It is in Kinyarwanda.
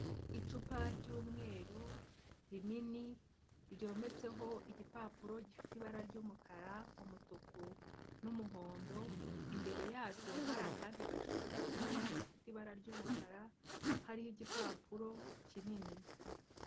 Icupa ry'umweru rinini ryometseho igipapuro gifite ibara ry'umukara, umutuku, n'umuhondo, imbere yaryo hari akandi gacupa gatoya gafite ibara ry'umukara, hariho igipapuro kinini.